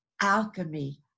alchemy